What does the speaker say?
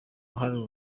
hari